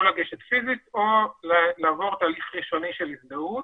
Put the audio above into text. או לגשת פיזית או לעבור תהליך ראשוני של הזדהות,